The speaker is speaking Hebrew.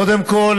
קודם כול,